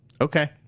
Okay